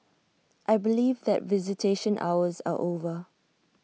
I believe that visitation hours are over